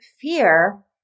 fear